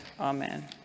Amen